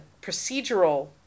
procedural